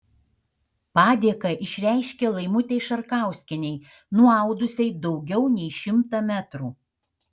padėką išreiškė laimutei šarkauskienei nuaudusiai daugiau nei šimtą metrų